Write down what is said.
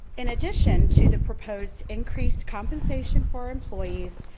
in addition to the proposed increased compensation for employees,